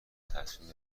تصمیم